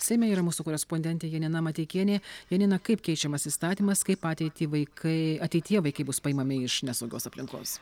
seime yra mūsų korespondentė janina mateikienė janina kaip keičiamas įstatymas kaip ateitį vaikai ateityje vaikai bus paimami iš nesaugios aplinkos